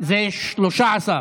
זה 13,